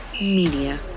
Media